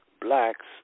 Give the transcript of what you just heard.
blacks